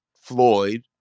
Floyd